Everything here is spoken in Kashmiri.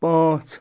پانٛژھ